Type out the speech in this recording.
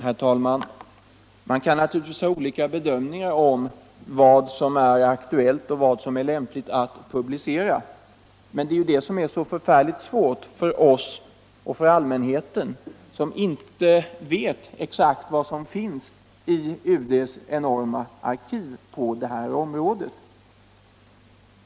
Herr talman! Man kan naturligtvis göra olika bedömningar av vad som är aktuellt och vad som är lämpligt att publicera, men det är ju det som är så förfärligt svårt att bedöma för oss och för allmänheten, som inte vet exakt vad som finns i UD:s enorma arkiv på det här området.